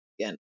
again